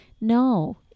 No